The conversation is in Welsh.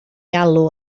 alw